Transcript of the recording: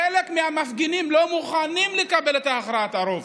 חלק מהמפגינים לא מוכנים לקבל את הכרעת הרוב.